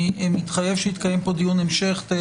אני מתחייב שיתקיים פה דיון המשך תהא